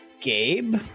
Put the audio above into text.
Gabe